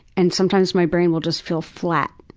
and sometimes my brain will just feel flat.